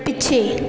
ਪਿੱਛੇ